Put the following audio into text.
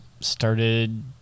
started